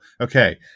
okay